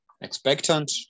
expectant